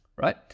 Right